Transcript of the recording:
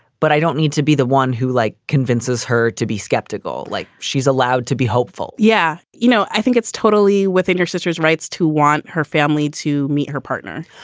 but i don't need to be the one who, like, convinces her to be skeptical like she's allowed to be hopeful. yeah. you know, i think it's totally within your sister's rights to want her family to meet her partner.